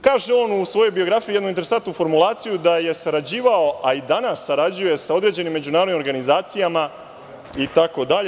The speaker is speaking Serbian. Kaže on u svojoj biografiji jednu interesantnu formulaciju, da je sarađivao, a i danas sarađuje sa određenim međunarodnim organizacijama itd.